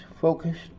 focused